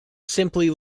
simply